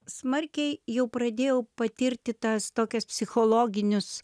smarkiai jau pradėjau patirti tas tokias psichologinius